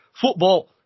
football